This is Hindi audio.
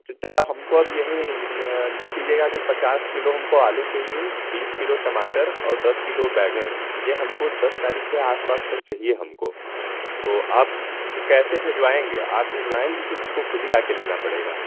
तो चाचा हमको अब यही लिख लीजिएगा के पचास किलो हमको आलू चाहिए बीस किलो टमाटर और दस किलो बैंगन यह हमको दस तारीख़ के आसपास तक चाहिए हमको तो आप कैसे भिजवाएंगे आप भिजवाएंगे कि हम को खुद ही आकर लेना पड़ेगा